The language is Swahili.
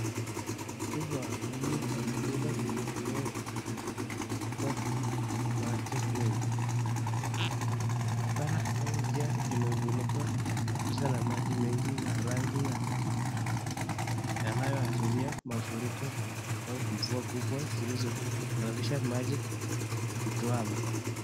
Watu wawili wakipika kwenye eneo lililofurika maji mingi. Barabara au njia imefunikwa na maji mingi ya rangi ya kahawia, yanayoashiria mafuriko au mvua mingi iliyosababisha maji kutuama.